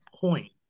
point